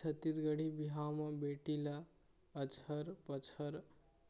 छत्तीसगढ़ी बिहाव म बेटी ल अचहर पचहर